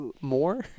more